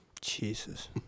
Jesus